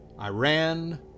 Iran